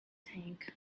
tank